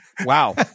Wow